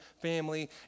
family